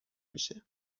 میشه